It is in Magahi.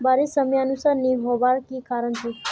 बारिश समयानुसार नी होबार की कारण छे?